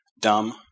dumb